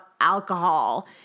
alcohol